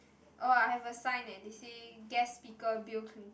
oh I have a sign eh they said guest speaker Bill-Clinton